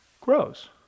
grows